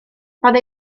roedd